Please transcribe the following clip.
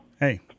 Hey